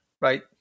right